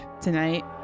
tonight